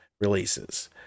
releases